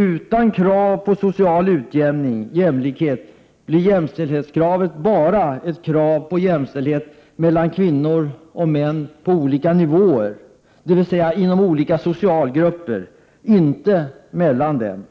Utan krav på social utjämning — jämlikhet — blir jämställdhetskravet bara ett krav på jämställdhet mellan kvinnor och män på olika nivåer, dvs. inom olika sociala grupper, inte mellan dem. ;